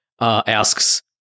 asks